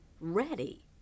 ready